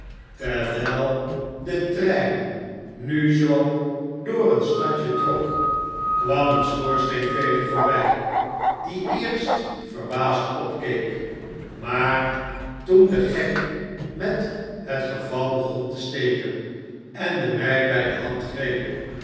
terwijl de trein nu zoo door een stadje trok kwam een schoorsteenveger voorbij die eerst verbaasd opkeek maar toen den gek met het geval begon te steken en de meid bij de hand greep